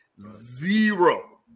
zero